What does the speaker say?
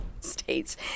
states